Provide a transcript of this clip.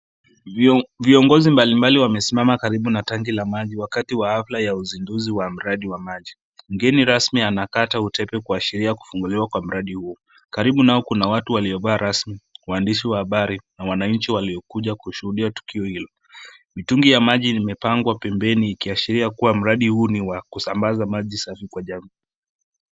Viongozi mbalimbali wamesimama karibu na tangi la maji wakati wa hafla ya uzinduzi wa mradi wa maji. Mgeni rasmi anakata utepe kuashiria kufunguliwa kwa mradi huo. Karibu nao kuna watu waliovaa rasmi, waandishi wa habari na mwananchi waliokuja kushuhudia tukio hilo. Mitungi ya maji imepangwa pembeni ikiashiria kuwa mradi huu ni wa kusambaza maji safi kwa jamii.